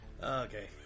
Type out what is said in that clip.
Okay